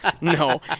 No